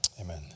Amen